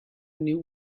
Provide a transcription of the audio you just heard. new